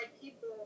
people